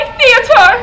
theater